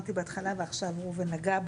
מה שאמרתי בהתחלה ועכשיו ראובן נגע,